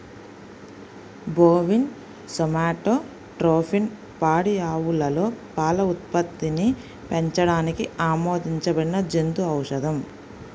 bovine somatotropin పాడి ఆవులలో పాల ఉత్పత్తిని పెంచడానికి ఆమోదించబడిన జంతు ఔషధం